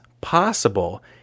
possible